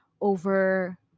over